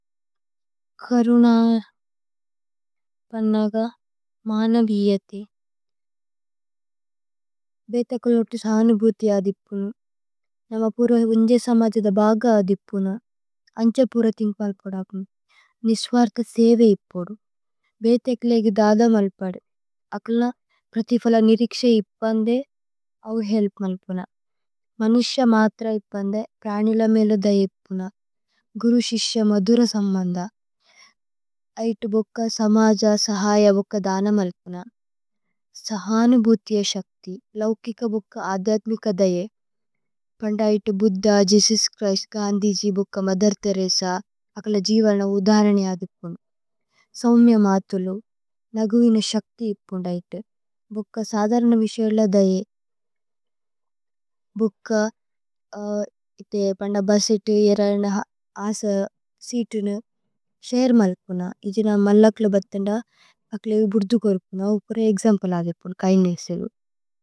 കരുന പന്നഗ മനവിയതി, ബേതകുല് ഉത്തി സനബുതി അദിപുന്, നമ പുരോ വേന്ജ സമജദ ബഗ അദിപുന്, അന്ഛ പുരോ തിന്ഗ് പല്പദകുന്। നിസ്വര്ത സേവേ ഇപുന്, ബേതകുലേഗ് ദദ മല്പദകുന്। അക്കല പ്രതിഫല നിരിക്ശേ ഇപുന് ദേ, അവ് ഹേല്പ് മല്പുനന്। മനിശ മത്ര ഇപുന് ദേ, പ്രനില മേലദ ഇപുനന്। ഗുരുശിശ്യ മധുര സമന്ദ, ഐതു ബുക്ക സമജ സഹയ ബുക്ക ദന മല്പുനന്। സഹന ബുധ്യ ശക്തി, ലൌകിക ബുക്ക അദ്യത്മിക ദയേ, പന്ദൈതു ബുദ്ധ ജേസുസ് ഛ്രിസ്ത് കന്ദിജി ബുക്ക മധര്ത രേസ, അക്കല ജിവന ഉധര നിഅ അദിപുന്। സോമ്യ മതുലു, നഗ്വിന ശക്തി ഇപുന് ദയേ। ഭുക്ക സദര്ന വിസ്യ ഉല ദയേ। ഭുക്ക, ഇതേ പന്ദബസിതു ഇരന അസസിതുന്, ശരേ മല്പുനന്। ഇജിന മല്ലക്ലു ബത്ഥന അക്കല ഇബു ബുദ്ധു കോരുപുനന്, ഉകുര ഏക്ജമ്പല അദിപുന് കൈനേസില്।